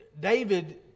David